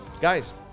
guys